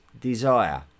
desire